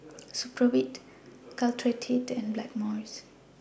Supravit Caltrate and Blackmores